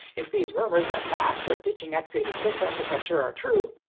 if these rumors that macs are ditching x eight six architecture are true,